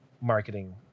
marketing